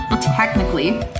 Technically